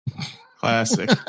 Classic